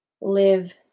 Live